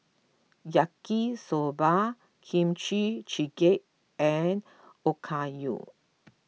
Yaki Soba Kimchi Jjigae and Okayu